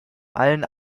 allen